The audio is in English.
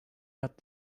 got